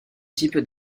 type